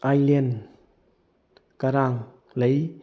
island ꯀꯔꯥꯡ ꯂꯩ